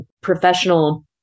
professional